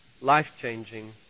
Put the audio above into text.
life-changing